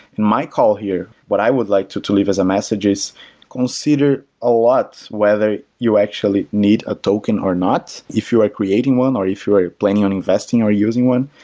in my call here, what i would like to to leave us a message is consider a lot whether you actually need a token or not, if you are creating one, or if you are planning on investing or using one,